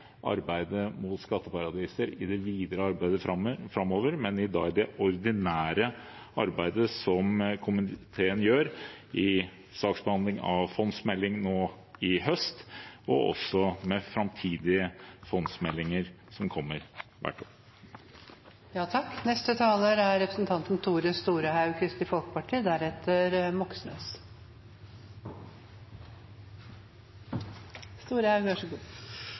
arbeidet mot skatteparadis i det videre arbeidet framover. Men vi gjør det ordinære arbeidet til komiteen i saksbehandling av fondsmeldingen nå i høst og også framtidige fondsmeldinger som kommer hvert år.